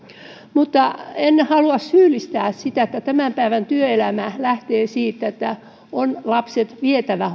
mutta en halua syyllistää koska tämän päivän työelämä lähtee siitä että monta kertaa lapset on vietävä